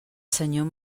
senyor